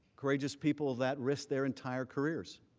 courageous people that wrist their entire careers.